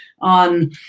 on